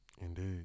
Indeed